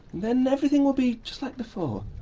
then everything will be just like before,